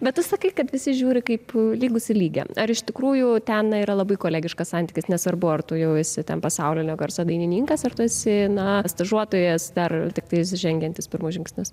bet tu sakai kad visi žiūri kaip lygus į lygiam ar iš tikrųjų ten yra labai kolegiškas santykis nesvarbu ar tu jau esi ten pasaulinio garso dainininkas ar tu esi na stažuotojas dar tiktais žengiantis pirmus žingsnius